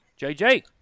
JJ